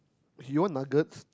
he want nuggets